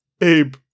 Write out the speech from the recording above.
Abe